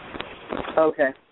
Okay